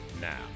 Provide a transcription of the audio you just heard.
Now